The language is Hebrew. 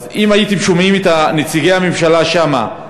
אז אם הייתם שומעים את נציגי הממשלה שם,